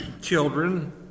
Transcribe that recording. children